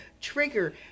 trigger